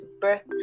birth